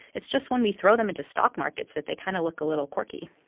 it's just when we throw them into stock markets that they kind of look a little quirky